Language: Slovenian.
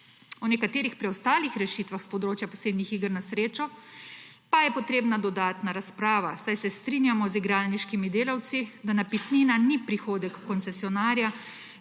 O nekaterih preostalih rešitvah s področja posebnih iger na srečo pa je potrebna dodatna razprava, saj se strinjamo z igralniškimi delavci, da napitnina ni prihodek koncesionarja,